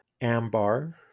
Ambar